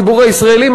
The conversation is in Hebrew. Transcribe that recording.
הציבור הישראלי,